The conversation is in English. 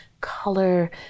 color